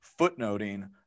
footnoting